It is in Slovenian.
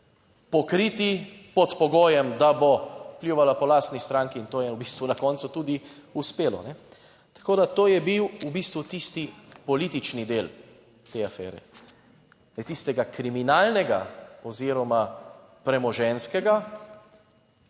pokriti pod pogojem, da bo pljuvala po lastni stranki in to je v bistvu na koncu tudi uspelo. Tako da to je bil v bistvu tisti politični del te afere, da tistega kriminalnega oziroma premoženjskega